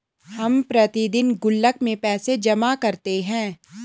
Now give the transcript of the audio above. हम प्रतिदिन गुल्लक में पैसे जमा करते है